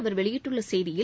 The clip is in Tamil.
அவர் வெளியிட்டுள்ள செய்தியில்